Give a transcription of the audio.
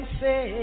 say